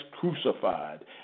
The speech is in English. crucified